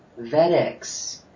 Vedics